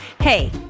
Hey